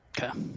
Okay